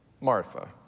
Martha